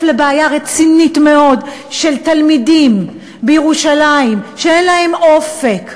לבעיה רצינית מאוד של תלמידים בירושלים שאין להם אופק,